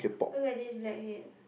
look at this blackhead